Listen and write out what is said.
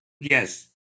Yes